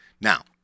Now